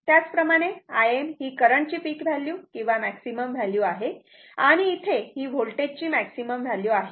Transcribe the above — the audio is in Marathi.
त्याचप्रमाणे Im ही करंटची पिक व्हॅल्यू किंवा मॅक्सिमम व्हॅल्यू आहे आणि इथे ही वोल्टेजची मॅक्सिमम व्हॅल्यू आहे